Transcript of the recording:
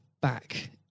back